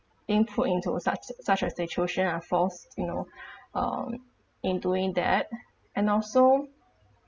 being put into a such such a situation are forced you know um in doing that and also